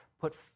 put